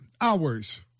hours